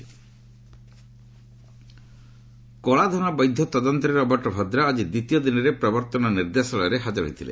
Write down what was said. ED Vadra କଳାଧନ ବୈଧ ତଦନ୍ତରେ ରବର୍ଟ ଭଦ୍ରା ଆଜି ଦ୍ୱିତୀୟ ଦିନରେ ପ୍ରବର୍ତ୍ତନ ନିର୍ଦ୍ଦେଶାଳୟରେ ହାଜର ହୋଇଥିଲେ